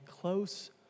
close